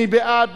מי בעד?